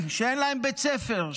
שאין להם בית ספר,